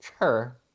sure